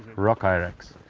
rock hyrax.